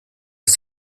ist